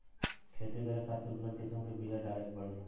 खेती करे खातिर उन्नत किसम के बिया डाले के पड़ेला